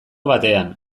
batean